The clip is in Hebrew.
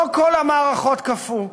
לא כל המערכות קפאו,